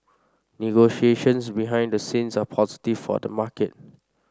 negotiations behind the scenes are positive for the market